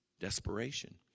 Desperation